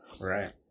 Right